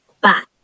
back